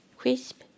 Crisp